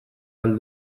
ahal